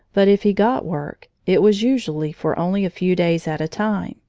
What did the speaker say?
but if he got work, it was usually for only a few days at a time.